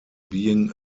being